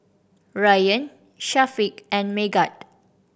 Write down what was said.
Ryan Syafiq and Megat